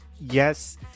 Yes